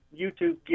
YouTube